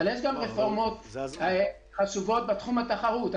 אבל יש גם רפורמות חשובות בתחום התחרות.